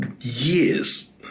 years